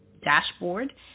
dashboard